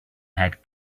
had